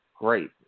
Great